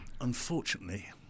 unfortunately